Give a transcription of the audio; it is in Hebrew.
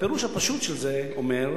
הפירוש הפשוט של זה אומר,